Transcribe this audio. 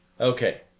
Okay